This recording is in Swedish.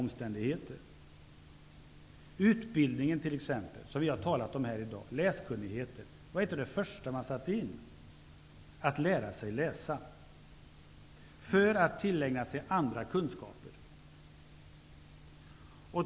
Vi har här i dag talat om åtgärder för exempelvis utbildning och läskunnighet. Detta var något av det första som missionärerna satsade på -- människor skulle lära sig läsa för att kunna tillägna sig andra kunskaper.